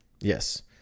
Yes